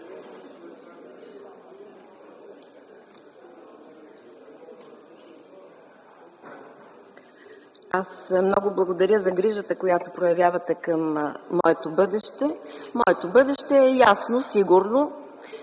Аз много благодаря за грижата, която проявявате към моето бъдеще. Моето бъдеще е ясно, сигурно,